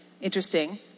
interesting